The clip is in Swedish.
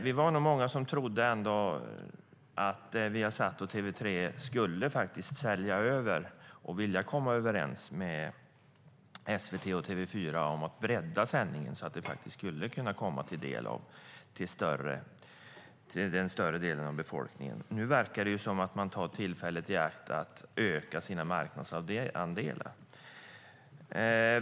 Vi var nog många som trodde att Viasat och TV3 skulle sälja över och vilja komma överens med SVT och TV4 om att bredda sändningarna så att de skulle komma större delen av befolkningen till del. Nu verkar det dock som om de tar tillfället i akt att öka sina marknadsandelar.